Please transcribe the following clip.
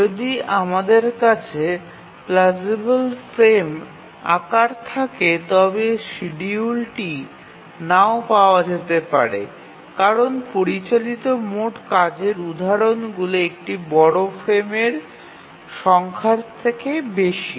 যদি আমাদের কাছে প্লাজিবল ফ্রেম আকার থাকে তবে শিডিউলটি নাও পাওয়া যেতে পারে কারণ পরিচালিত মোট কাজের উদাহরণগুলি একটি বড় চক্রের ফ্রেমের সংখ্যার চেয়ে বেশি